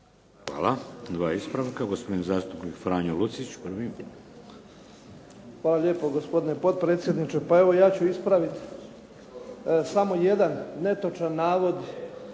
Hvala. Dva ispravka. Gospodin zastupnik Franjo Lucić prvi. **Lucić, Franjo (HDZ)** Hvala lijepo gospodine potpredsjedniče. Ja ću ispraviti samo jedan netočan navod